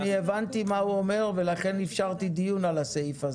אני הבנתי מה הוא אומר ולכן אפשרתי דיון על הסעיף הזה.